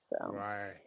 Right